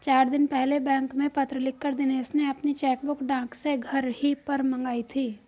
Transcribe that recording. चार दिन पहले बैंक में पत्र लिखकर दिनेश ने अपनी चेकबुक डाक से घर ही पर मंगाई थी